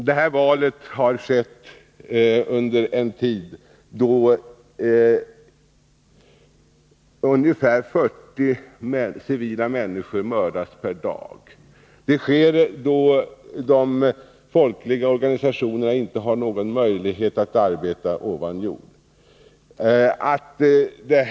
Det här valet har skett under en tid då ungefär 40 civila människor mördas per dag och då de folkliga organisationerna inte har någon möjlighet att arbeta ovan jord.